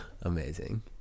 Amazing